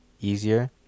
easier